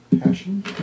Passion